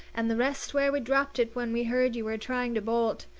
and the rest where we dropped it when we heard you were trying to bolt.